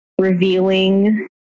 revealing